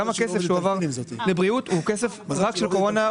גם הכסף שהועבר לבריאות הוא רק של קורונה.